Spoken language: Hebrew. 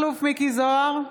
זוהר,